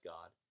God